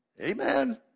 Amen